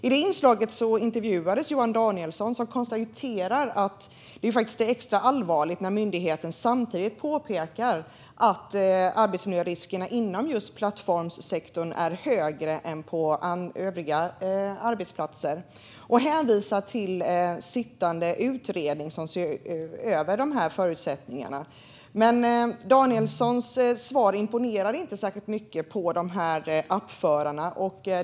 I det inslaget intervjuades Johan Danielsson, som konstaterade att det är extra allvarligt när myndigheten samtidigt påpekar att arbetsmiljöriskerna inom plattformssektorn är högre än på övriga arbetsplatser. Och han hänvisade till en sittande utredning som ser över dessa förutsättningar. Men Danielssons svar imponerade inte särskilt mycket på de här app-förarna.